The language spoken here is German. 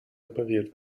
repariert